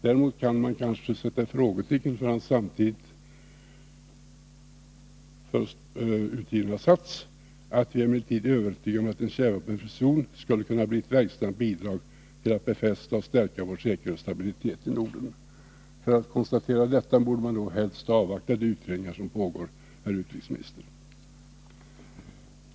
Däremot kan man kanske sätta ett frågetecken för den passus där utrikesministern sade att regeringen var övertygad om att en kärnvapenfri zon skulle kunna bli ett verksamt bidrag till att befästa och stärka vår säkerhet och stabilitet i Norden. Innan man konstaterar detta borde man helst avvakta de utredningar som pågår, herr utrikesminister.